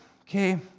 okay